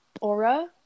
aura